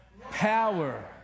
power